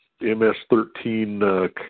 MS-13